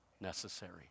necessary